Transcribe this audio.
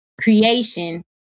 creation